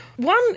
One